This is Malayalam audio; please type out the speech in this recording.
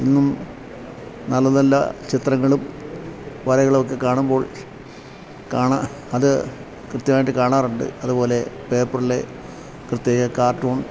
ഇന്നും നല്ല നല്ല ചിത്രങ്ങളും വരകളും ഒക്കെ കാണുമ്പോൾ കാണാം അത് കൃത്യമായിട്ട് കാണാറുണ്ട് അതുപോലെ പേപ്പറിലെ പ്രത്യേക കാർട്ടൂൺ